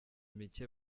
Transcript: mike